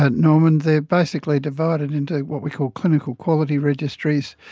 ah norman, they are basically divided into what we call clinical quality registries,